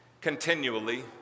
continually